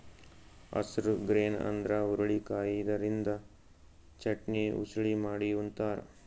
horse grain ಅಂದ್ರ ಹುರಳಿಕಾಯಿ ಇದರಿಂದ ಚಟ್ನಿ, ಉಸಳಿ ಮಾಡಿ ಉಂತಾರ್